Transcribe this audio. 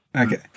Okay